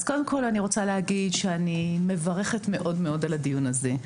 אז קודם כל אני רוצה להגיד שאני מברכת מאוד מאוד על הדיון הזה.